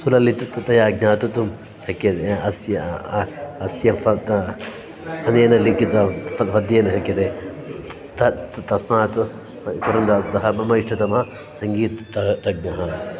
सुललिततया ज्ञातुं शक्यते अस्य अस्य पदेन पदेन लिखितं तत् पद्येन शक्यते तत् तस्मात् प् पुरन्दरदासः मम इष्टतमः सङ्गीततज्ञः